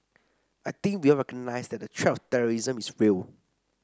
I think we all recognise that the threat of terrorism is real